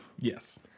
yes